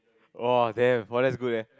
oh damn !wah! that's good eh